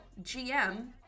GM